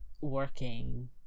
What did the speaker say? working